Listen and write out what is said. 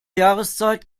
jahreszeit